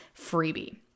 freebie